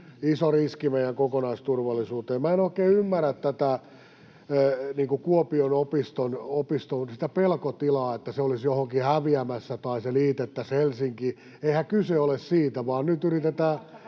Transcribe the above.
iso riski meidän kokonaisturvallisuuteen. En oikein ymmärrä tätä pelkotilaa Kuopion opistosta, että se olisi johonkin häviämässä tai se liitettäisiin Helsinkiin. Eihän kyse ole siitä, [Perussuomalaisten